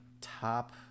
top